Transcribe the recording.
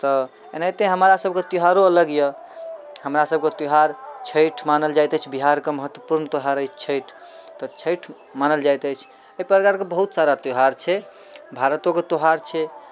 तऽ एनाहिते हमरा सब के त्यौहारो अलग यऽ हमरा सबके त्यौहार छठि मानल जाइत अछि बिहारके महत्वपूर्ण त्यौहार अछि छठि तऽ छठि मानल जाइत अछि एहि प्रकार शके बहुत सारा त्यौहार छै भारतोके त्यौहार छै